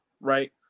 right